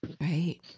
Right